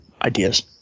ideas